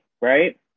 right